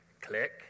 Click